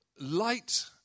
light